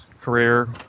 career